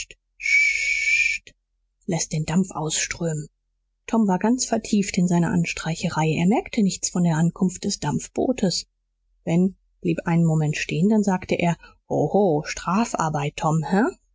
läßt den dampf ausströmen tom war ganz vertieft in seine anstreicherei er merkte nichts von der ankunft des dampfbootes ben blieb einen moment stehen dann sagte er ho ho strafarbeit tom